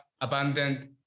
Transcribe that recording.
abandoned